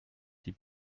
die